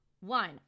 One